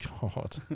God